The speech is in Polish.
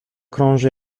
krąży